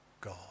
God